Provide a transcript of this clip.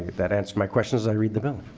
that answer my question as i read the bill.